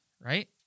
Right